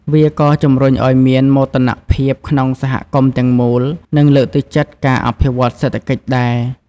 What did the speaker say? វាក៏ជំរុញឱ្យមានមោទនភាពក្នុងសហគមន៍ទាំងមូល និងលើកទឹកចិត្តការអភិវឌ្ឍសេដ្ឋកិច្ចដែរ។